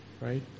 Right